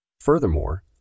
Furthermore